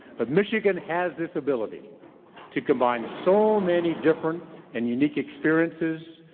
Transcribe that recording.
but michigan has this ability to combine so many different and unique experiences,